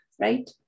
right